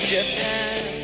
Japan